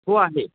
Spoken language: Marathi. हो आहे